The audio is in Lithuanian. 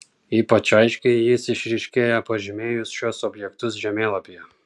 ypač aiškiai jis išryškėja pažymėjus šiuos objektus žemėlapyje